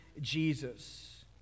Jesus